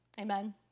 Amen